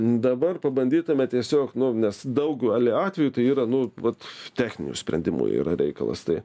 dabar pabandytume tiesiog nu nes daugaliu atveju tai yra nu vat techninių sprendimų yra reikalas tai